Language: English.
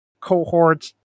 cohorts